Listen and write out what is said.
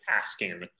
asking